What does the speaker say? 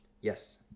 yes